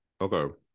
okay